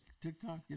TikTok